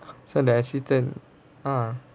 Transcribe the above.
so they actually turn ah